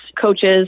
coaches